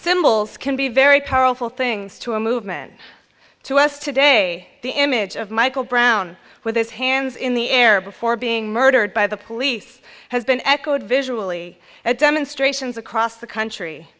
symbols can be very powerful things to a movement to us today the image of michael brown with his hands in the air before being murdered by the police has been echoed visually at demonstrations across the country